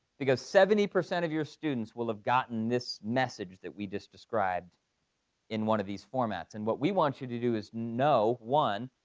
because seventy percent of your students will have gotten this message that we just described in one of these formats. and what we want you to do is know, one,